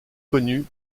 connu